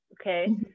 Okay